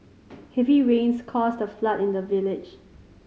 heavy rains caused a flood in the village